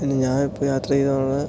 പിന്നെ ഞാൻ ഇപ്പം യാത്ര ചെയ്തതാണ്